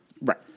Right